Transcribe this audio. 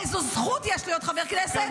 איזו זכות יש להיות חברי כנסת.